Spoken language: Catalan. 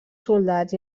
soldats